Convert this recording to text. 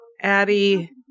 Addie